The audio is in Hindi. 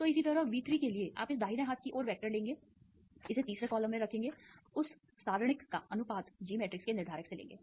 तो इसी तरह V3 के लिए आप इस दाहिने हाथ की ओर वेक्टर लेंगे इसे तीसरे कॉलम में रखेंगे उस सारणिक का अनुपात जी मैट्रिक्स के निर्धारक से लेंगे